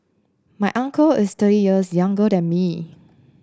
my uncle is thirty years younger than me